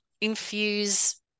infuse